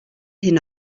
hyn